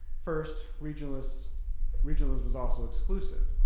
first, regionalism regionalism was also exclusive.